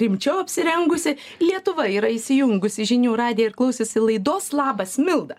rimčiau apsirengusi lietuva yra įsijungusi žinių radiją ir klausėsi laidos labas milda